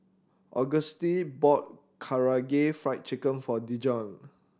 Auguste bought Karaage Fried Chicken for Dijon